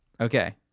Okay